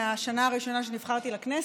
מהשנה הראשונה שנבחרתי לכנסת,